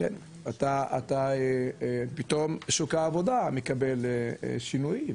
אתה פתאום שוק העבודה מקבל שינויים.